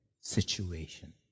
situation